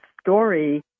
story